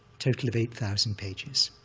total of eight thousand pages.